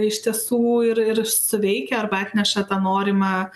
iš tiesų ir ir suveikia arba atneša tą norimą